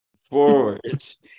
forwards